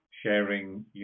sharing